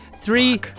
Three